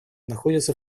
находится